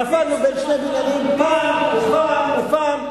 נפלנו בין שני בניינים פעם ופעם ופעם.